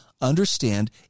understand